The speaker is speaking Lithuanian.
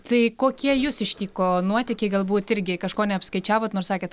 tai kokie jus ištiko nuotykiai galbūt irgi kažko neapskaičiavot nors sakėt